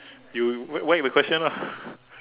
you whack whack the question ah